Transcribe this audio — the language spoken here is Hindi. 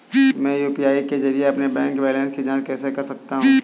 मैं यू.पी.आई के जरिए अपने बैंक बैलेंस की जाँच कैसे कर सकता हूँ?